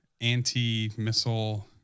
anti-missile